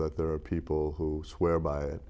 that there are people who swear by it